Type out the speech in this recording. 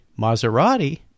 Maserati